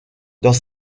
dans